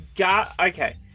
Okay